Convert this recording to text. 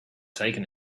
taken